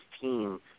team